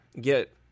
get